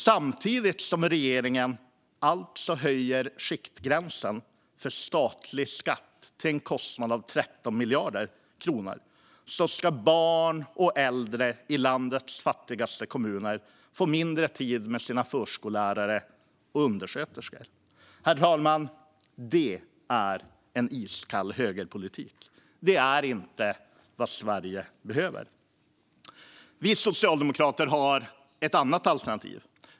Samtidigt som regeringen alltså höjer skiktgränsen för statlig skatt till en kostnad av 13 miljarder kronor ska barn och äldre i landets fattigaste kommuner få mindre tid med sina förskollärare och undersköterskor. Herr talman! Det är en iskall högerpolitik. Det är inte vad Sverige behöver. Vi socialdemokrater har ett annat alternativ.